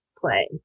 play